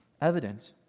evident